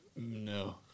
No